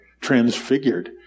transfigured